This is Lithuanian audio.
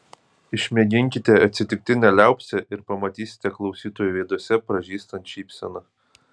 išmėginkite atsitiktinę liaupsę ir pamatysite klausytojų veiduose pražystant šypseną